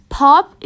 pop